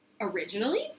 originally